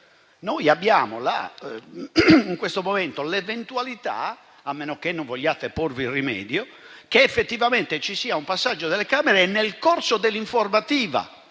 è vero. In questo momento abbiamo l'eventualità, a meno che non vogliate porvi rimedio, che effettivamente ci sia un passaggio nelle Camere e nel corso dell'informativa,